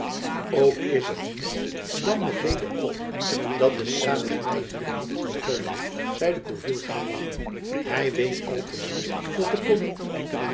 ook is het niet dan met leede oogen dat d'estrades my hier heeft zien komen zeide gourville glimlachende hy weet al te wel dat de politiek